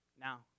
Now